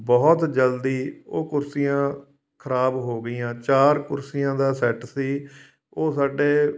ਬਹੁਤ ਜਲਦੀ ਉਹ ਕੁਰਸੀਆਂ ਖਰਾਬ ਹੋ ਗਈਆਂ ਚਾਰ ਕੁਰਸੀਆਂ ਦਾ ਸੈਟ ਸੀ ਉਹ ਸਾਡੇ